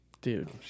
Dude